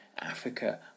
Africa